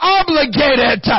obligated